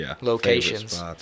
locations